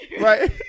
Right